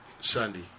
Sunday